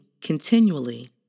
continually